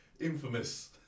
infamous